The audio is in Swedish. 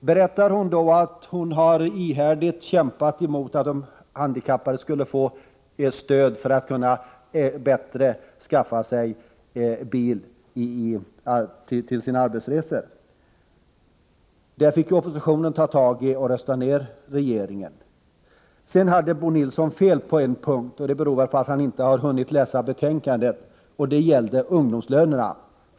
Berättar hon då att hon ihärdigt har kämpat emot att de handikappade skulle få bättre stöd för att kunna skaffa sig bil till sina arbetsresor? Oppositionen fick ta tag i detta och rösta ner regeringen. Bo Nilsson hade fel på en punkt. Det beror väl på att han inte har hunnit läsa betänkandet. Det gällde ungdomslönerna.